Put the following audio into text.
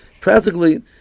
Practically